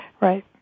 Right